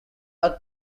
are